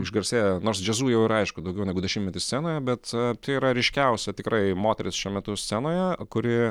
išgarsėjo nors džiazu jau yra aišku daugiau negu dešimtmetį scenoje bet tai yra ryškiausia tikrai moteris šiuo metu scenoje kuri